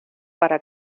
para